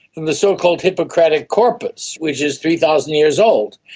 in the so-called hippocratic corpus which is three thousand years old,